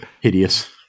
Hideous